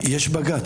יש בג"ץ.